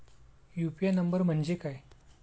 UPI number म्हणजे काय?